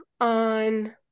on